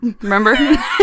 remember